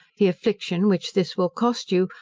the affliction which this will cost you,